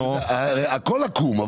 הכול עקום,